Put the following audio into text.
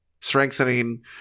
strengthening